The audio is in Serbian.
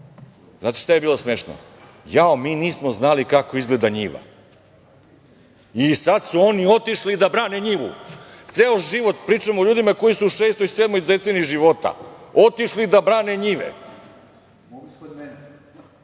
Znate šta je bilo smešno - jao, mi nismo znali kako izgleda njiva. I sad su oni otišli da brane njivu! Ceo život, pričamo o ljudima koji su u šestoj, sedmoj, deceniji života, otišli da brane njive!